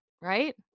right